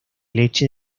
leche